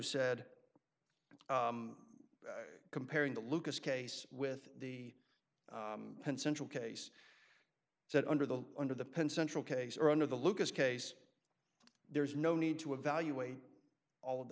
said comparing the lucas case with the central case that under the under the pen central case or under the lucas case there is no need to evaluate all of the